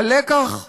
הלקח הוא: